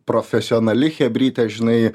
profesionali chebrytė žinai